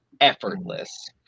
effortless